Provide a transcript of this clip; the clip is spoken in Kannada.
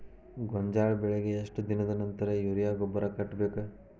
ಗೋಂಜಾಳ ಬೆಳೆಗೆ ಎಷ್ಟ್ ದಿನದ ನಂತರ ಯೂರಿಯಾ ಗೊಬ್ಬರ ಕಟ್ಟಬೇಕ?